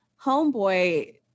homeboy